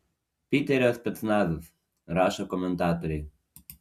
piterio specnazas rašo komentatoriai